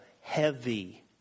heavy